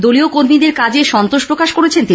দলীয় কর্মীদের কাজে সন্তোষ প্রকাশ করেছেন তিনি